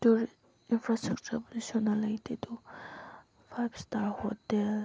infra ꯏꯁꯇ꯭ꯔꯛꯆꯔꯕꯨꯗꯤ ꯁꯨꯅ ꯂꯩꯇꯦ ꯑꯗꯨꯕꯨ ꯐꯥꯏꯚ ꯏꯁꯇꯥꯔ ꯍꯣꯇꯦꯜ